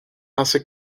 hace